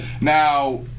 Now